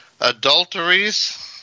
adulteries